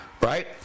right